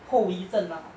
后遗症 ah